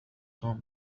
توم